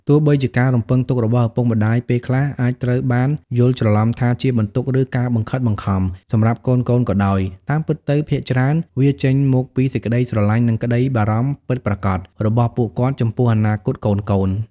ទោះបីជាការរំពឹងទុករបស់ឪពុកម្ដាយពេលខ្លះអាចត្រូវបានយល់ច្រឡំថាជា បន្ទុក ឬ ការបង្ខិតបង្ខំ សម្រាប់កូនៗក៏ដោយ តាមពិតទៅ ភាគច្រើនវាចេញមកពីសេចក្ដីស្រឡាញ់ និងក្ដីបារម្ភពិតប្រាកដ របស់ពួកគាត់ចំពោះអនាគតកូនៗ។